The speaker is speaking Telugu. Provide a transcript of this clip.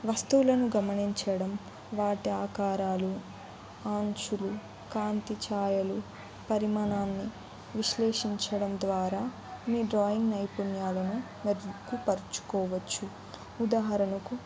వస్తువులను గమనించడం వాటి ఆకారాలు అంచులు కాంతి ఛాయలు పరిమాణాన్ని విశ్లేషించడం ద్వారా మీ డ్రాయింగ్ నైపుణ్యాలను మెరుగుపరుచుకోవచ్చు ఉదాహరణకు